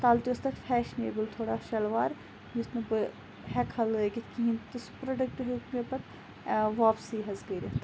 تَلہٕ تہِ اوس تَتھ فیشنیبٕل تھوڑا شَلوار یُتھ نہٕ بہٕ ہیٚکہٕ ہا لٲگِتھ کِہِیٖنۍ تہِ سُہ پروڈَکٹ ہیٚوت مےٚ پَتہٕ واپسٕے حظ کٔرِتھ